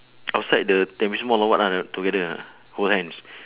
outside the temperature warm or what ah together ah hold hands